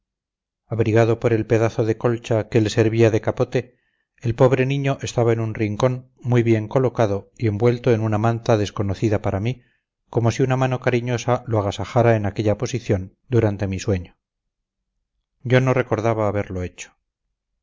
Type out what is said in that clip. abrigado por el pedazo de colcha que le servía de capote el pobre niño estaba en un rincón muy bien colocado y envuelto en una manta desconocida para mí como si una mano cariñosa lo agasajara en aquella posición durante mi sueño yo no recordaba haberlo hecho